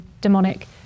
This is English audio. demonic